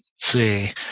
See